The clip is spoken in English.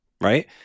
right